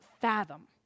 fathom